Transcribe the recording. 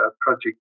project